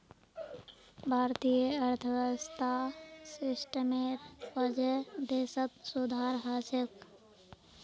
भारतीय अर्थव्यवस्था सिस्टमेर वजह देशत सुधार ह छेक